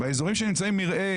באזורים שיש בהם מרעה,